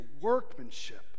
workmanship